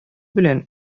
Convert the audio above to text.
белән